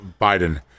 biden